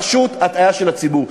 פשוט הטעיה של הציבור.